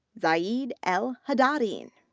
zaid al haddadin,